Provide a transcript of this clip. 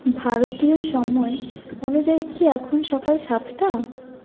ভারতীয় সময় অনুযায়ী কি এখন সকাল সাতটা